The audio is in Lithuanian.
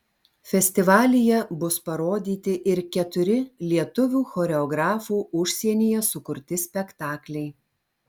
festivalyje bus parodyti ir keturi lietuvių choreografų užsienyje sukurti spektakliai